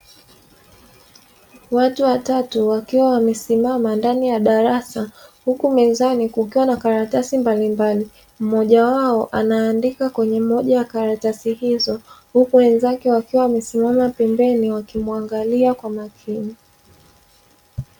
Watu watatu wakiwa wamesimama ndani ya darasa, huku mezani kukiwa na karatasi mbalimbali, mmoja wao anaandika kwenye moja ya karatasi hizo, huku wenzake wakiwa wamesimama pembeni wakimwangalia kwa makini.